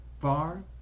far